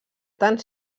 tant